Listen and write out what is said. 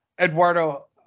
Eduardo